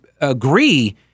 agree